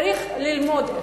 ללמוד,